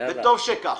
וטוב שכך,